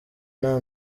nta